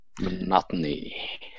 monotony